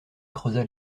creusa